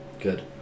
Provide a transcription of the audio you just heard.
Good